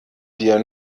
wir